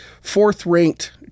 fourth-ranked